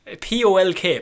Polk